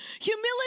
Humility